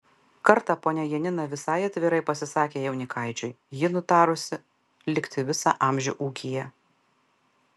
kartą ponia janina visai atvirai pasisakė jaunikaičiui ji nutarusi likti visą amžių ūkyje